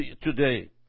today